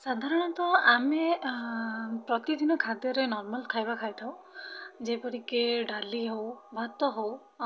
ସାଧାରଣତଃ ଆମେ ପ୍ରତିଦିନ ଖାଦ୍ୟରେ ନର୍ମାଲ୍ ଖାଇବା ଖାଇଥାଉ ଯେପରିକି ଡାଲି ହଉ ଭାତ ହଉ